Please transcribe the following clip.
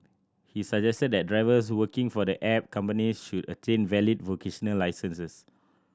he suggested that drivers working for the app companies should attain valid vocational licences